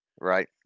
Right